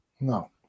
No